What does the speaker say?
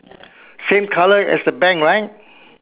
same colour as the bank right